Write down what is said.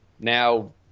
Now